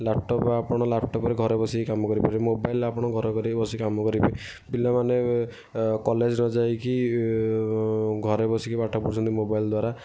laptop ଆପଣ ଲ୍ୟାପ୍ଟପ୍ରେ ଘରେ ବସି କାମ କରିପାରିବେ ମୋବାଇଲ୍ରେ ଆପଣ ଘରେ ଘରେ ବସିକି କାମ କରିପାରିବେ ପିଲାମାନେ କଲେଜ୍ ନ ଯାଇକି ଘରେ ବସିକି ପାଠ ପଢ଼ୁଛନ୍ତି ମୋବାଇଲ ଦ୍ଵାରା